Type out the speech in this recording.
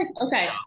okay